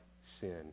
sin